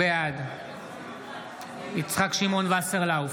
בעד יצחק שמעון וסרלאוף,